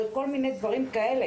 על כל מיני דברים כאלה,